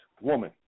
woman